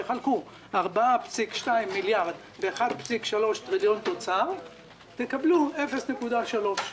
תחלקו 4.2 מיליארד ב-1.3 טריליון תוצר תקבלו 0.3%,